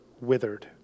withered